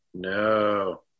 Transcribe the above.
No